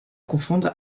confondre